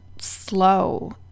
slow